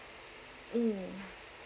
mm